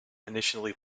initially